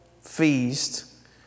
feast